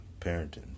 parenting